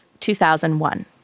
2001